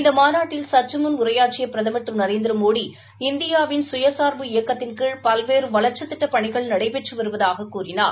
இந்த மாநாட்டில் சற்று முன் உரையாற்றிய பிரதமர் திரு நரேந்திரமோடி இந்தியாவின் கயசா்பு இயக்கத்தின் கீழ் பல்வேறு வளர்ச்சித் திட்டப் பணிகள் நடைபெற்று வருவதாக கூறினார்